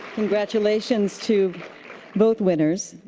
congratulations to both winners.